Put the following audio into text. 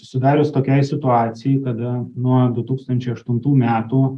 susidarius tokiai situacijai kada nuo du tūkstančiai aštuntų metų